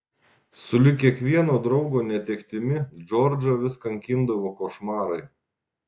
sulig kiekvieno draugo netektimi džordžą vis kankindavo košmarai